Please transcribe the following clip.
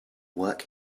work